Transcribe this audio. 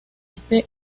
este